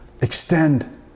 extend